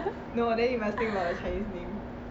no then you must think about the chinese name